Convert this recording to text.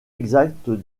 exacte